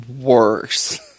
worse